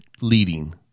leading